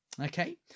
Okay